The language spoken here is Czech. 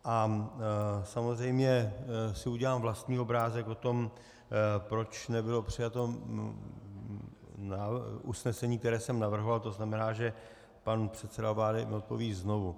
A samozřejmě si udělám vlastní obrázek o tom, proč nebylo přijato usnesení, které jsem navrhoval, to znamená, že pan předseda vlády mi odpoví znovu.